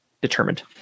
determined